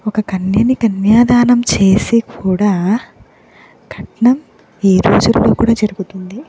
ఒక కన్యని కన్యాదానం చేసీ కూడా కట్నం ఈరోజుల్లో కూడా జరుగుతుంది